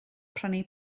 prynu